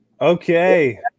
okay